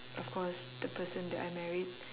of course the person that I married